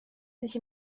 sich